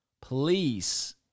Please